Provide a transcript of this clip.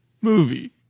Movie